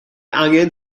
angen